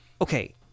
okay